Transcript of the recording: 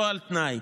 לא על תנאי,